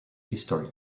history